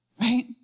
Right